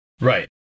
Right